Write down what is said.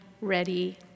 ready